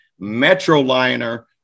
Metroliner